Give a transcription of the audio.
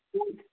हँ